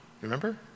Remember